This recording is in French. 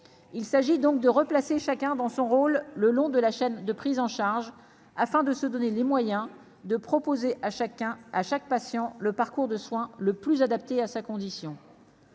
il s'agit donc de replacer chacun dans son rôle, le long de la chaîne de prise en charge afin de se donner les moyens de proposer à chacun, à chaque patient le parcours de soin le plus adapté à sa condition